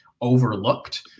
overlooked